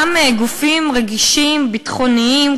גם גופים רגישים ביטחוניים,